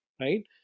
right